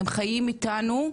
הם חיים איתנו,